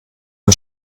wir